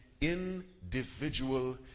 individual